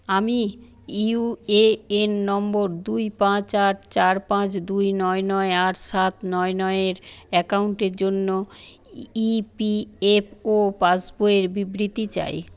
আমি UAN number দুই পাঁচ আট চার পাঁচ দুই নয় নয় আট সাত নয় নয় এর অ্যাকাউন্টের জন্য ইপিএফও পাসবইয়ের বিবৃতি চাই